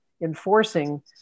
enforcing